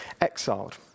exiled